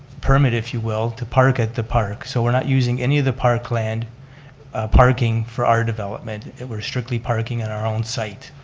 permit if you will to park at the park. so we're not using any of the parkland parking for our development. it was strictly parking at our own site.